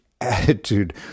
attitude